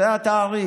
זה התאריך,